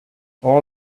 all